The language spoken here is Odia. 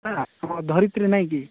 ହାଁ ଧରିତ୍ରୀ ନାଇଁ କି